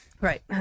right